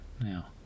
Now